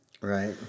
Right